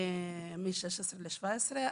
מ-16 ל-17.